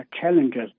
challenges